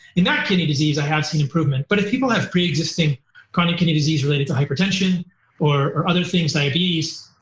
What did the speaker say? in that kidney disease, i have seen improvement, but if people have pre-existing chronic kidney disease related to hypertension or or other things, diabetes,